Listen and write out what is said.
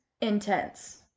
intense